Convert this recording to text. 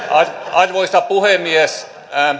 arvoisa puhemies